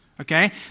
okay